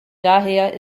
daher